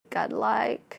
godlike